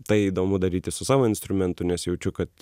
tai įdomu daryti su savo instrumentu nes jaučiu kad